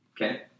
Okay